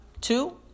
two